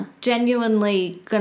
genuinely